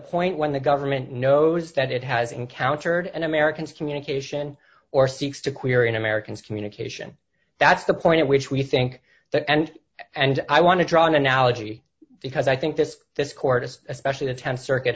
point when the government knows that it has encountered an americans communication or seeks to query in americans communication that's the point at which we think the end and i want to draw an analogy because i think this this court especially the th circuit